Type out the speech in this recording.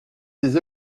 des